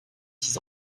six